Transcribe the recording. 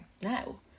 No